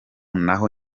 naho